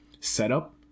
setup